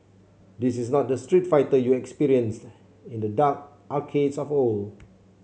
this is not the Street Fighter you experienced in the dark arcades of old